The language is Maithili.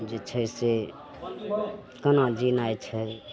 जे छै से कोना जिनाइ छै